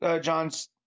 John's